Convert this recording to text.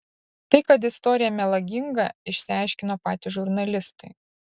tai kad istorija melaginga išsiaiškino patys žurnalistai